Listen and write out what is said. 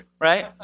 right